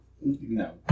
No